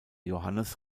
johannes